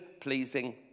pleasing